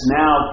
now